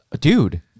dude